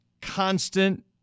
constant